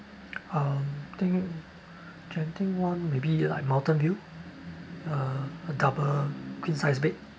um think genting one maybe like mountain view uh a double queen size bed